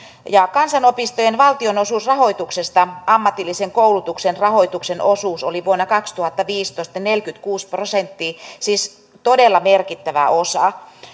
kansanopistojen valtionosuusrahoituksesta ammatillisen koulutuksen rahoituksen osuus vuonna kaksituhattaviisitoista oli neljäkymmentäkuusi prosenttia siis todella merkittävä osa